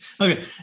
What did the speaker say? okay